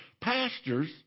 pastors